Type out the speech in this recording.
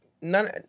none